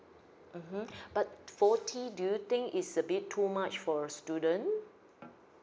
mmhmm but forty do you think is a bit too much for a student